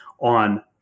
on